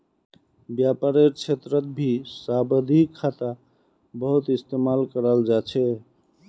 व्यापारेर क्षेत्रतभी सावधि खाता बहुत इस्तेमाल कराल जा छे